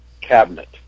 cabinet